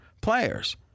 players